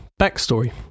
backstory